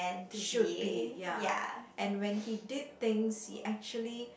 should be ya and when he did things he actually